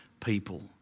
people